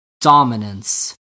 dominance